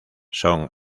son